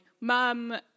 mum